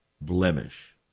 blemish